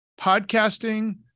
podcasting